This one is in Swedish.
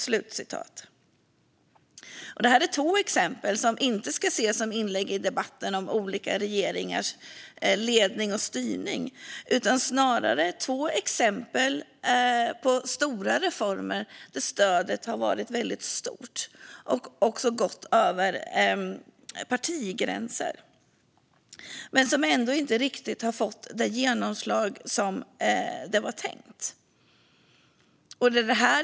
Detta är två exempel som inte ska ses som inlägg i debatten om olika regeringars ledning och styrning utan snarare som exempel på stora reformer med väldigt stort stöd, även över partigränser, som ändå inte riktigt har fått det genomslag som var tänkt.